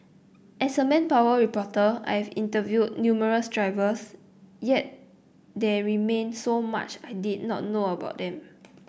as a manpower reporter I have interviewed numerous drivers yet there remained so much I did not know about them